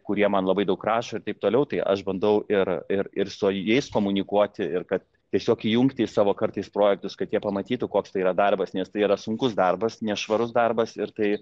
kurie man labai daug rašo ir taip toliau tai aš bandau ir ir ir su jais komunikuoti ir kad tiesiog įjungti į savo kartais projektus kad jie pamatytų koks tai yra darbas nes tai yra sunkus darbas nešvarus darbas ir tai